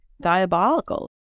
diabolical